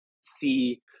see